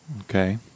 Okay